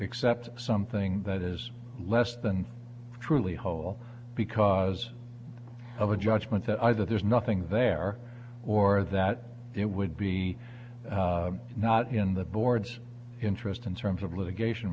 accept something that is less than truly whole because of a judgment that either there's nothing there or that it would be not in the board's interest in terms of litigation